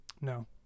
No